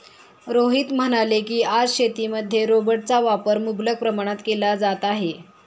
रोहित म्हणाले की, आज शेतीमध्ये रोबोटचा वापर मुबलक प्रमाणात केला जात आहे